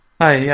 Hi